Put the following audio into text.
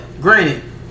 granted